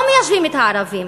לא מיישבים את הערבים